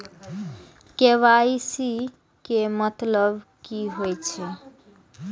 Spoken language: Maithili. के.वाई.सी के मतलब कि होई छै?